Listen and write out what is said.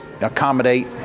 accommodate